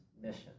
mission